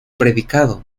predicado